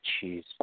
cheese